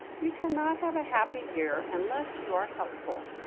you cannot have a happy year unless you are helpful.